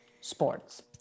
sports